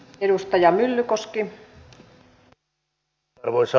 arvoisa rouva puhemies